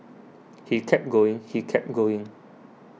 he kept going he kept going